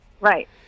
Right